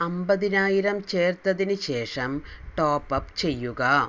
അമ്പതിനായിരം ചേർത്തതിന് ശേഷം ടോപ്പപ് ചെയ്യുക